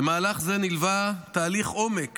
למהלך זה נלווה תהליך עומק